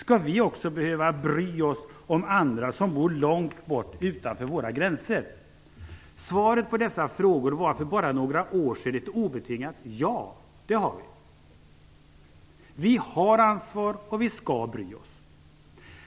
Skall vi också behöva bry oss om andra som bor långt bort, utanför våra gränser? Svaren på dessa frågor var för bara några år sedan ett obetingat ja. Vi har ansvar och vi skall bry oss.